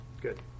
good